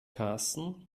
karsten